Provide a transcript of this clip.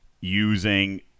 using